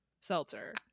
Seltzer